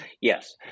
yes